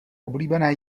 oblíbené